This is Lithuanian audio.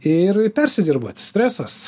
ir persidirbat stresas